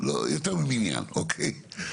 יותר ממניין, אוקיי?